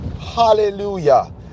hallelujah